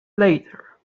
later